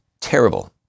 terrible